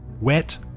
wet